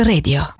Radio